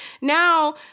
now